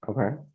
okay